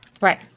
Right